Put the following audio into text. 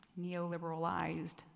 neoliberalized